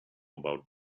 about